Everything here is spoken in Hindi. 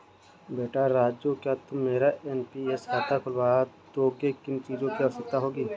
बेटा राजू क्या तुम मेरा एन.पी.एस खाता खुलवा दोगे, किन चीजों की आवश्यकता होगी?